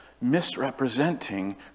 misrepresenting